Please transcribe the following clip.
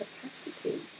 capacity